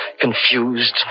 Confused